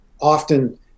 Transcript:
often